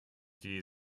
die